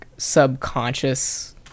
subconscious